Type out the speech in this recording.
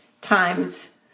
times